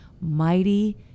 mighty